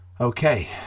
Okay